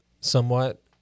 somewhat